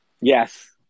Yes